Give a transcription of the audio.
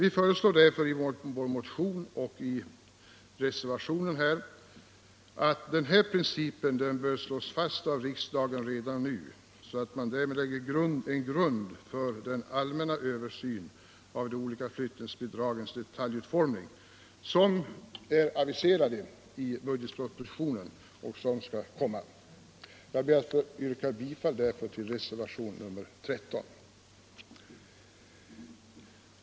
I en motion och en reservation föreslår vi därför att denna princip slås fast av riksdagen redan nu, så att man därmed lägger en grund för den allmänna översyn av de olika flyttningsbidragens detaljutformning som aviseras i budgetpropositionen. Detta har vi yrkat i reservationen 13, som jag nu ber att få yrka bifall till.